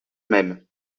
même